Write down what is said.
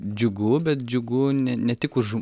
džiugu bet džiugu ne ne tik už